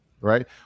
Right